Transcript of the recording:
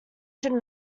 should